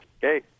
Hey